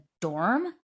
dorm